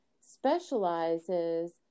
specializes